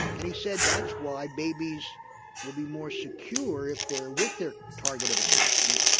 and he said that's why babies will be more secure if they're with their target of attachment,